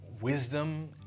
wisdom